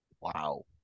Wow